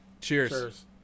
Cheers